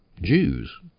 Jews